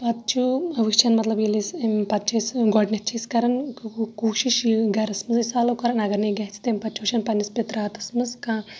پَتہٕ چھُ وٕچھان مَطلَب ییٚلہِ أسۍ پتہٕ چھ أسۍ گۄڈنٮ۪تھ چھِ أسۍ کَران کوٗشِش گَرَس مَنٛزے سالو کَرن اَگَر نہٕ گَژھِ تمہ پَتہٕ چھِ وٕچھان پَننِس پٕتراتَس مَنٛز کانٛہہ